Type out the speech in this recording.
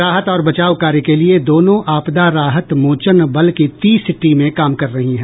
राहत और बचाव कार्य के लिए दोनों आपदा राहत मोचन बल की तीस टीमें काम कर रहीं हैं